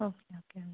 okay okay okay